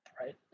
right